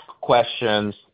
questions